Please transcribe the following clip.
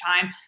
time